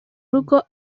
rugo